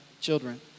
children